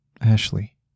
Ashley